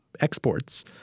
exports